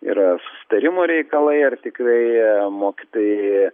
yra susitarimo reikalai ar tikrai mokytojai